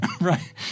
Right